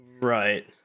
Right